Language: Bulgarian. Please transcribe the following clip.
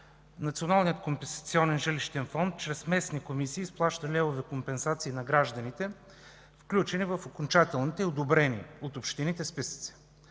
Националният компенсационен жилищен фонд – чрез местни комисии, изплаща левови компенсации на гражданите, включени в окончателните и одобрени от общините списъци.